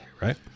right